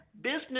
Business